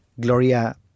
Gloria